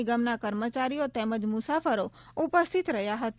નિગમના કર્મચારીઓ તેમજ મુસાફરો ઉપસ્થિત રહ્યાં હતા